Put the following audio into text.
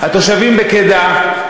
התושבים בקידה,